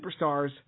superstars